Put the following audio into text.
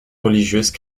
religieuse